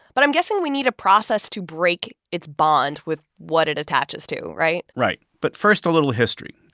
but i'm guessing we need a process to break its bond with what it attaches to, right? right. but first, a little history.